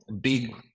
big